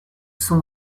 son